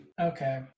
Okay